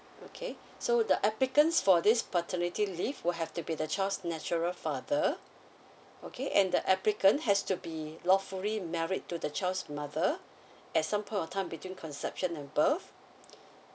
okay so the applicants for this paternity leave will have to be the child's natural father okay and the applicant has to be lawfully married to the child's mother at some point of time between conception and birth